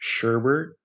Sherbert